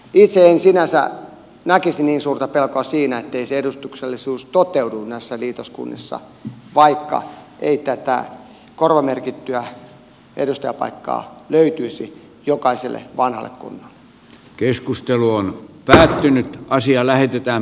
itse en sinänsä näkisi niin suurta pelkoa siinä ettei se edustuksellisuus toteudu näissä liitoskunnissa vaikka ei tätä korvamerkittyä edustajapaikkaa löytyisi jokaiselle vanhalle kunnalle